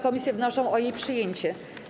Komisje wnoszą o jej przyjęcie.